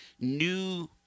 new